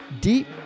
Deep